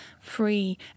free